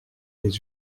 les